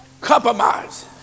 Compromise